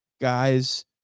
guys